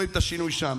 ורואים את השינוי שם.